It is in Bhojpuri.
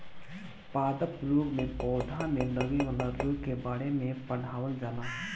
पादप रोग में पौधा में लागे वाला रोग के बारे में पढ़ावल जाला